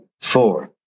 four